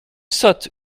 sotte